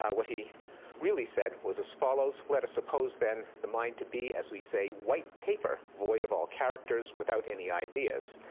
ah what he really said was as follows, let us suppose then the mind to be, as we say, white paper, void of all characters, without any ideas.